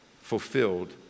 fulfilled